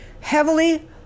heavily